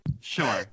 Sure